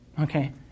okay